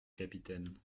capitaine